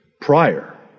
Prior